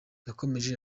yakomeje